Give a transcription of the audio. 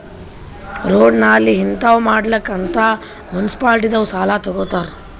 road, ನಾಲಿ ಹಿಂತಾವ್ ಮಾಡ್ಲಕ್ ಅಂತ್ ಮುನ್ಸಿಪಾಲಿಟಿದವ್ರು ಸಾಲಾ ತಗೊತ್ತಾರ್